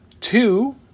Two